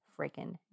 freaking